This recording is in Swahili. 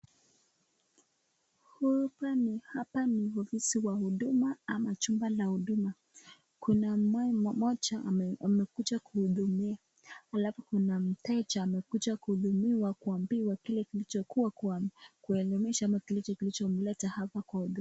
Hapa ni ofisi wa huduma ama chumba la huduma. Kuna mama mmoja amekuja kuhudumia alafu kuna mteja amekuja kuhudumiwa kuambiwa kile kilichokuwa kwa kuelimisha kile kilichomleta hapa kwa huduma.